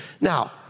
Now